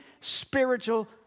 spiritual